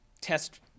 test